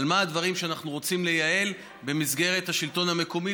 מה הדברים שאנחנו רוצים לייעל במסגרת השלטון המקומי.